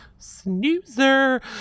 snoozer